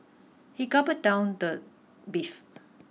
he gulped down the beef